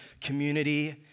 community